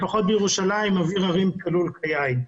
לפחות בירושלים, אוויר הרים צלול כיין.